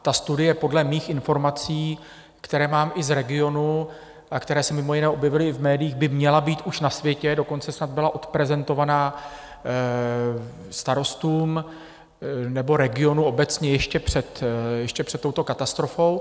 Ta studie podle mých informací, které mám i z regionu a které se mimo jiné objevily i v médiích, by měla být už na světě, dokonce snad byla odprezentovaná starostům nebo regionu obecně ještě před touto katastrofou.